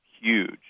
huge